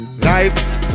Life